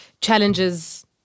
challenges